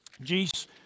Jesus